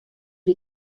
wie